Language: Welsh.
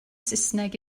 saesneg